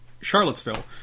Charlottesville